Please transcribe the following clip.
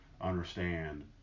understand